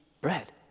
bread